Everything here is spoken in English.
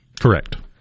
Correct